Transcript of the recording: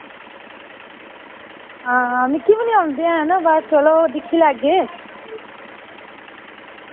हां मिकी बी नेईं औंदे हैन वा चलो दिक्खी लैगे